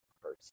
person